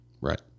Right